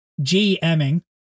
GMing